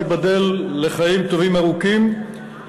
תיבדל לחיים טובים וארוכים,